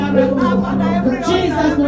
Jesus